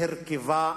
בהרכבה,